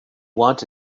want